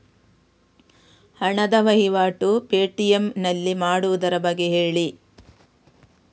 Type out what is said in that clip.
ಹಣದ ವಹಿವಾಟು ಪೇ.ಟಿ.ಎಂ ನಲ್ಲಿ ಮಾಡುವುದರ ಬಗ್ಗೆ ಹೇಳಿ